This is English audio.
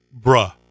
bruh